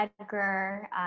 Edgar